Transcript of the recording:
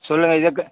சொல்லுங்கள் இதுக்கு